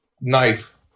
knife